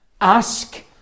Ask